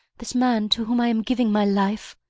this man to whom i am giving my life?